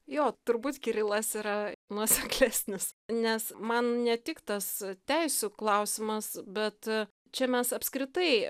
jo turbūt kirilas yra nuoseklesnis nes man ne tik tas teisių klausimas bet čia mes apskritai